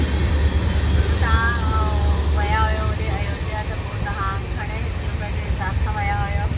त तव्हां उहो विया हुयव ओॾे अयोध्या त पोइ तव्हां घणे रुपए जे हिसाब सां विया हुअव